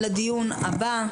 לדיון הבא.